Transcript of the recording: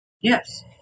Yes